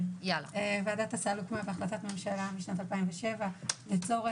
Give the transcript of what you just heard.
ועדת הסל הוקמה בהחלטת ממשלה משנת 2007 לצורך